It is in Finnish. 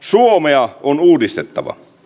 suomea on uudistettava